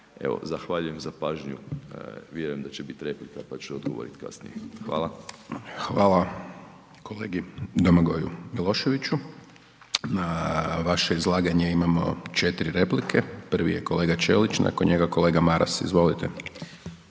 zahvaljujem za pažnju, vjerujem da će biti replika pa ću odgovoriti kasnije. Hvala. **Hajdaš Dončić, Siniša (SDP)** Hvala kolegi Domagoju Miloševiću. Na vaše izlaganje imamo 4 replike, prvi je kolega Ćelić, nakon njega kolega Maras, izvolite.